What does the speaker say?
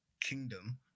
kingdom